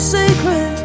sacred